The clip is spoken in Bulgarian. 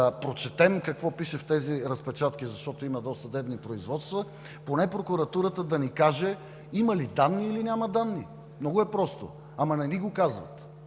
прочетем какво пише в тези разпечатки, защото има досъдебни производства, поне прокуратурата да ни каже има ли данни, или няма. Много е просто. Ама не ни го казват.